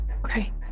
Okay